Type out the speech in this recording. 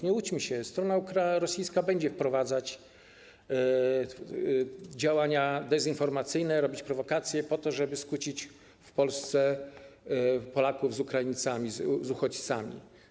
Nie łudźmy się - strona rosyjska będzie wprowadzać działania dezinformacyjne, robić prowokacje po to, żeby skłócić w Polsce Polaków z Ukraińcami, z uchodźcami.